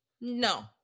No